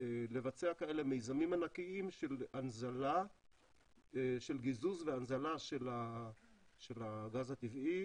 לבצע כאלה מיזמים ענקיים של גיזוז והנזלה של הגז הטבעי